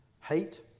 hate